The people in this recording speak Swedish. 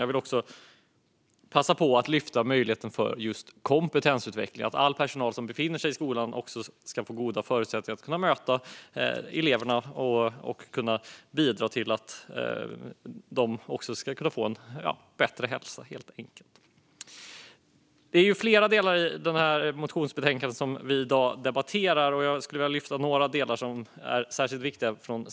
Jag vill passa på att lyfta möjligheten till kompetensutveckling så att all personal som befinner sig i skolan ska få goda förutsättningar att möta eleverna och bidra till att de ska kunna få en bättre hälsa. Det finns flera delar i det motionsbetänkande som vi i dag debatterar. Jag skulle från Centerpartiets sida vilja lyfta några delar som är särskilt viktiga.